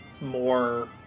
more